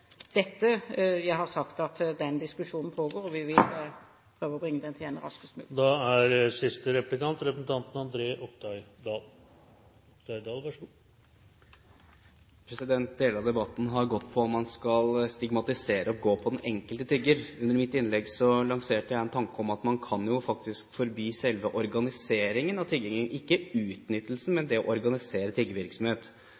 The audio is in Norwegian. dette jeg har sagt, at den diskusjonen pågår, og vi vil prøve å bringe den til ende raskest mulig. Deler av debatten har gått på om man skal stigmatisere den enkelte tigger. I mitt innlegg lanserte jeg en tanke om at man faktisk kan forby selve organiseringen av tiggingen, ikke utnyttelsen,